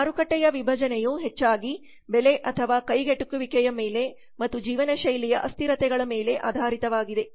ಮಾರುಕಟ್ಟೆಯ ವಿಭಜನೆಯು ಹೆಚ್ಚಾಗಿ ಬೆಲೆ ಅಥವಾ ಕೈಗೆಟುಕುವಿಕೆಯ ಮೇಲೆ ಮತ್ತು ಜೀವನಶೈಲಿಯ ಅಸ್ಥಿರತೆಗಳ ಮೇಲೆ ಆಧಾರಿತವಾಗಿದೆ